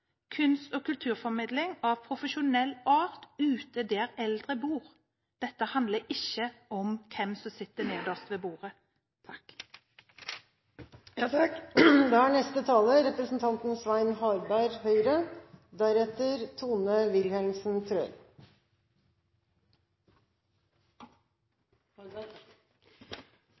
kunst- og kulturformidling av profesjonell art ute der eldre bor. Dette handler ikke om hvem som sitter nederst ved bordet.